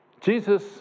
Jesus